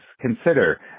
consider